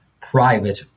private